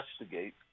investigate